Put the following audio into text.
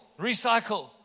Recycle